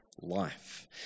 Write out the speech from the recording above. life